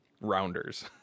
Rounders